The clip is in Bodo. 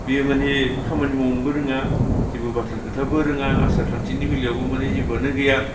बियो माने खामानि मावनोबो रोङा जेबो बाथ्रा खोथाबो रोङा आसार खान्थिनि बेलायावबो माने जेबोआनो गैया